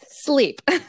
sleep